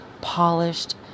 polished